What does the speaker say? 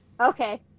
Okay